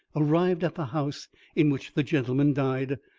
arrived at the house in which the gentleman died,